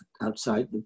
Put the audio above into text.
outside